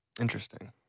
Interesting